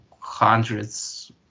hundreds